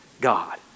God